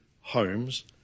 homes